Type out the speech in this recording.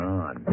on